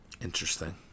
Interesting